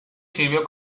sirvió